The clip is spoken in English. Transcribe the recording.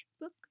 book